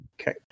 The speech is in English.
Okay